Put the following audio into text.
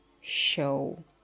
show